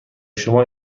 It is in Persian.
شما